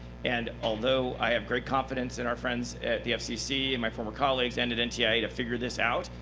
and although i have great confidence in our friends at the fcc and my former colleagues and at ntia to yeah to figure this out,